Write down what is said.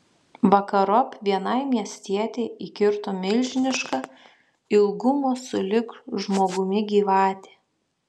vakarop vienai miestietei įkirto milžiniška ilgumo sulig žmogumi gyvatė